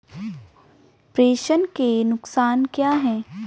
प्रेषण के नुकसान क्या हैं?